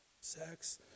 sex